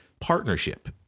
partnership